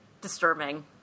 disturbing